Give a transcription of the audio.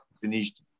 finished